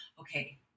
okay